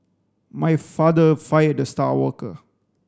my father fired the star worker